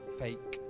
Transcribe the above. fake